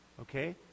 Okay